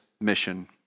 mission